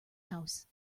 house